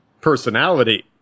personality